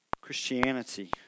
Christianity